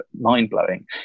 mind-blowing